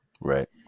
Right